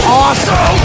awesome